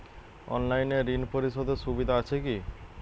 অনলাইনে ঋণ পরিশধের সুবিধা আছে কি?